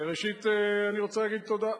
ראשית אני רוצה להגיד תודה,